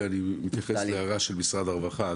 ואני מתייחס להערה של משרד הרווחה,